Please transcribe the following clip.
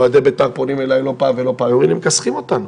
אוהדי בית"ר פונים אלי לא פעם ולא פעמיים ואומרים לי 'הם מכסחים אותנו'.